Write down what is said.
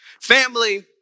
Family